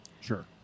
Sure